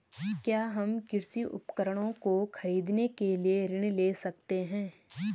क्या हम कृषि उपकरणों को खरीदने के लिए ऋण ले सकते हैं?